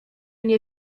nie